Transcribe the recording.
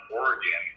Oregon